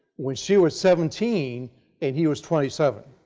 when she was seventeen and he was twenty seven.